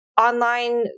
online